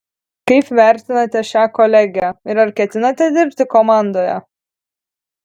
kaip vertinate šią kolegę ir ar ketinate dirbti komandoje